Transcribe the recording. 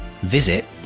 visit